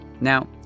Now